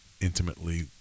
intimately